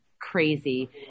crazy